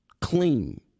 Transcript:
Clean